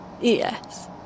Yes